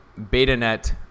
Betanet